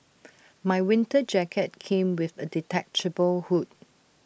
my winter jacket came with A detachable hood